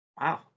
Wow